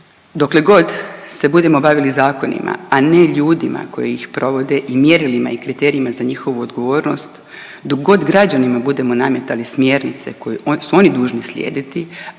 Dokle god se budemo bavili zakonima, a ne ljudima koji ih provode i mjerilima i kriterijima za njihovu odgovornost, do god građanima budemo nametali smjernice koje su oni dužni slijediti,